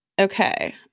Okay